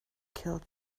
killed